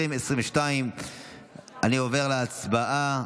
אני עובר להצבעה.